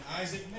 Isaac